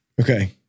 Okay